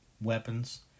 weapons